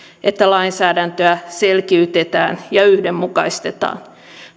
että lainsäädäntöä selkiytetään ja yhdenmukaistetaan